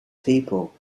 people